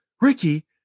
Ricky